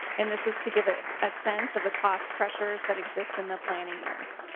and this is to give it a sense of the cost pressures that exist in the planning years.